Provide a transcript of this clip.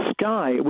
sky